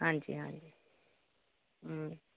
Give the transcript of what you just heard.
ਹਾਂਜੀ ਹਾਂਜੀ